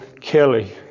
Kelly